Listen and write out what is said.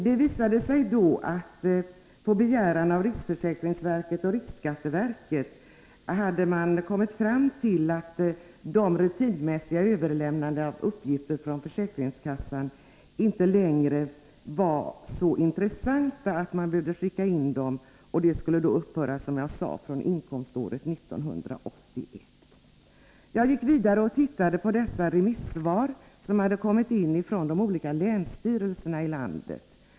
Det visade sig då att riksskatteverket, efter riksförsäkringsverkets begäran om yttrande, kommit fram till att det rutinmässiga överlämnandet av uppgifter från försäkringskassorna inte längre var så intressant. Därför skulle det, som sagt, inte vara nödvändigt att lämna några kontrolluppgifter fr.o.m. inkomståret 1981. Jag såg sedan på de remissvar som kommit in från landets olika länsstyrelser.